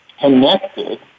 connected